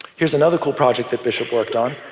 here's another cool project that bishop worked on.